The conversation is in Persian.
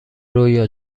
رویا